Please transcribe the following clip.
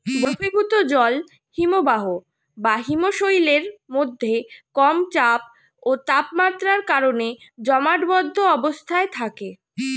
বরফীভূত জল হিমবাহ বা হিমশৈলের মধ্যে কম চাপ ও তাপমাত্রার কারণে জমাটবদ্ধ অবস্থায় থাকে